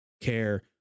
care